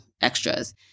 extras